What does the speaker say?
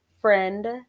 friend